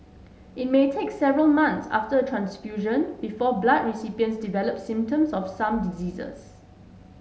it may take several months after a transfusion before blood recipients develop symptoms of some diseases